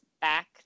back